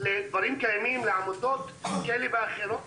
לדברים קיימים ועמותות כאלה ואחרות,